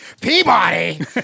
Peabody